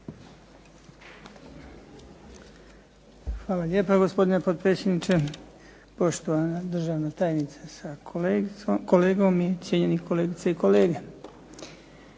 Hvala lijepa. Gospodine potpredsjedniče, poštovana državna tajnice sa kolegom, cijenjeni kolegice i kolege.